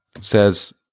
says